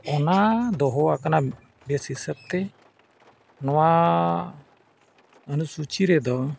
ᱚᱱᱟ ᱫᱚᱦᱚ ᱟᱠᱟᱱᱟ ᱵᱮᱥ ᱦᱤᱥᱟᱹᱵᱛᱮ ᱱᱚᱣᱟ ᱚᱱᱩᱥᱩᱪᱤ ᱨᱮᱫᱚ